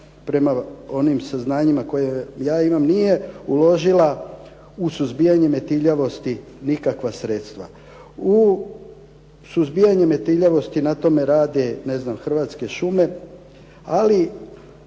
prema onim saznanjima koja ja imam nije uložila u suzbijanje metiljavosti nikakva sredstva. U suzbijanje metiljavosti na tome rade ne znam, Hrvatske šume, ali